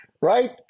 right